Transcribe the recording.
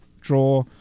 draw